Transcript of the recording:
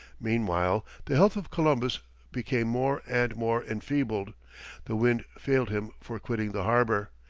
meanwhile, the health of columbus became more and more enfeebled the wind failed him for quitting the harbour,